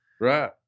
Right